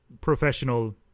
professional